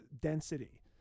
density